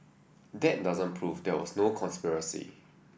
that doesn't prove there was no conspiracy